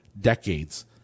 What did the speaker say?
decades